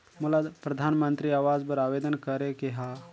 मोला परधानमंतरी आवास बर आवेदन करे के हा?